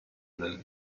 nel